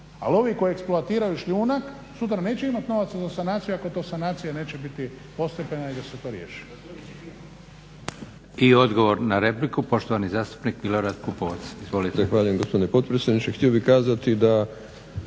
Ali ovi koji eksploatiraju šljunak sutra neće imat novaca za sanaciju ako ta sanacija neće biti postepena i da se to riješi.